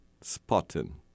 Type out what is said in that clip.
spotting